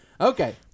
Okay